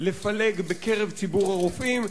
לפלג בקרב ציבור הרופאים,